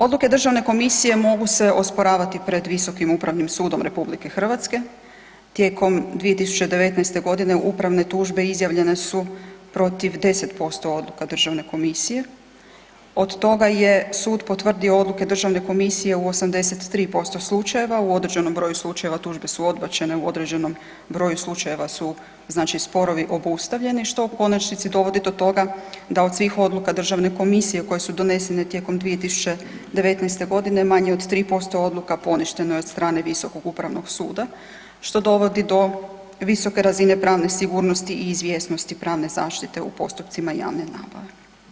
Odluke Državne komisije mogu se osporavati pred Viskom upravim sudom RH, tijekom 2019. g. upravne tužbe izjavljene su protiv 10% odluka Državne komisije, od toga je sud potvrdio odluke Državne komisije u 83% slučajeva, u određenom broju slučajeva, tužbe su odbačene, u određenom broju slučajeva su znači sporovi obustavljeni što u konačnici dovodi do toga da od svih odluka Državne komisije koje su donesen tijekom 2019. g., manje od 3% odluka poništeno je od strane Visokog upravnog suda, što dovodi do visoke razine pravne sigurnosti i izvjesnosti pravne zaštite u postupcima javne nabave.